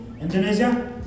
Indonesia